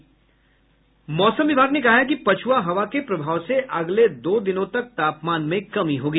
मौसम विभाग ने कहा है कि पछ्आ हवा के प्रभाव से अगले दो दिनों तक तापमान में कमी होगी